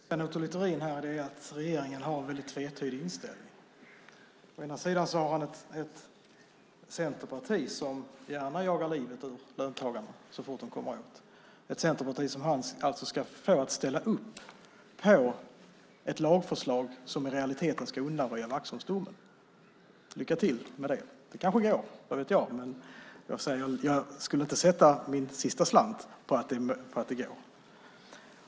Fru talman! Problemet för Sven Otto Littorin här är att regeringen har en väldigt tvetydig inställning. Å ena sidan har han ett centerparti som gärna jagar livet ur löntagarna så fort man kommer åt. Det är ett centerparti som han alltså ska få att ställa upp bakom ett lagförslag som i realiteten ska undanröja Vaxholmsdomen. Lycka till med det. Det kanske går, vad vet jag, men jag skulle inte sätta min sista slant på det.